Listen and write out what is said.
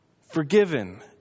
Forgiven